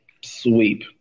sweep